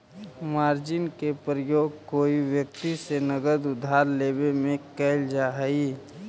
margin के प्रयोग कोई व्यक्ति से नगद उधार लेवे में कैल जा हई